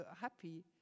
happy